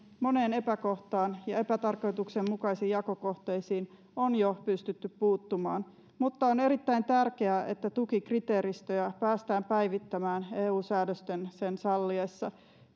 moneen epäkohtaan ja epätarkoituksenmukaisiin jakokohteisiin on jo pystytty puuttumaan mutta on erittäin tärkeää että tukikriteeristöjä päästään päivittämään eu säädösten sen salliessa